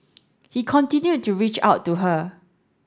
he continued to reach out to her